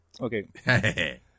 okay